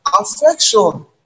affection